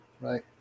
Right